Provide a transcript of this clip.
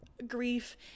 grief